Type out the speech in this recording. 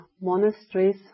monasteries